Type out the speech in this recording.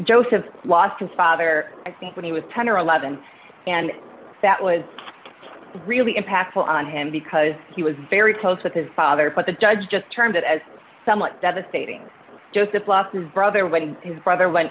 joseph lost his father i think when he was ten or eleven and that was really impactful on him because he was very close with his father but the judge just termed it as somewhat devastating joseph lost his brother when his brother went